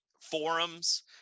forums